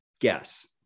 guess